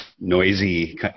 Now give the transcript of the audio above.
noisy